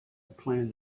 plan